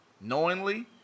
knowingly